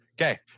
Okay